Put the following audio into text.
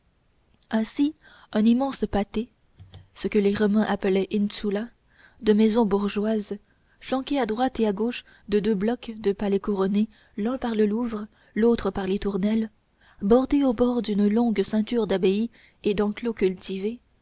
ainsi un immense pâté ce que les romains appelaient insula de maisons bourgeoises flanqué à droite et à gauche de deux blocs de palais couronnés l'un par le louvre l'autre par les tournelles bordé au nord d'une longue ceinture d'abbayes et d'enclos cultivés